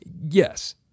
Yes